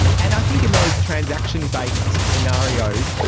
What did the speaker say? and i think in those transaction based scenarios,